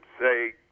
say